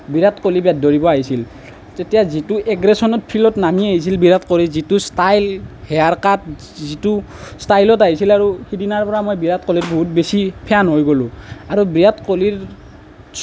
বিৰাট Kohli bat ধৰিব আহিছিল তেতিয় যিটো এগ্ৰেছনত ফিল্ডত নামি আহিছিল বিৰাট কোহলি যিটো ষ্টাইল হেয়াৰকাট আৰু যিটো ষ্টাইলত আহিছিল আৰু সিদিনাৰ পৰা মই বিৰাট কোহলিৰ বহুত বেছি ফেন হৈ গ'লোঁ আৰু বিৰাট কোহলিৰ